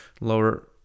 lower